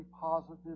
positive